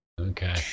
Okay